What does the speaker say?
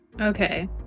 Okay